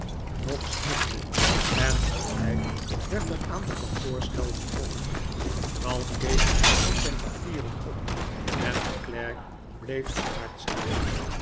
noggs knikte en tegelijk werd er aan de kantoorschel getrokken ralph keek van zijn papieren op en de klerk bleef bedaard staan